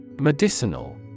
Medicinal